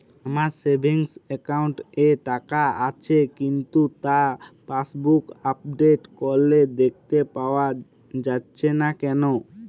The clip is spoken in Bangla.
আমার সেভিংস একাউন্ট এ টাকা আসছে কিন্তু তা পাসবুক আপডেট করলে দেখতে পাওয়া যাচ্ছে না কেন?